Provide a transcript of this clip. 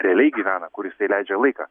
realiai gyvena kur jisai leidžia laiką